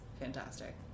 fantastic